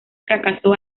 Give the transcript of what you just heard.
fracasó